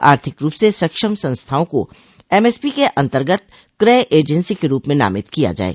आर्थिक रूप से सक्षम संस्थाओं को एमएसपी के अन्तर्गत क्रय एजेंसी के रूप में नामित किया जाये